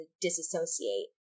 disassociate